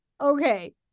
okay